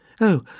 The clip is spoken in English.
Oh